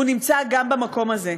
הוא נמצא גם במקום הזה.